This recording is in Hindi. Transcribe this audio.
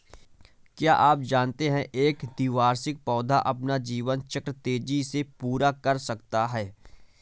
क्या आप जानते है एक द्विवार्षिक पौधा अपना जीवन चक्र तेजी से पूरा कर सकता है?